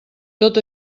tot